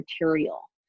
material